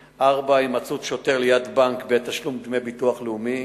4. הימצאות שוטר ליד בנק בתשלום דמי ביטוח לאומי,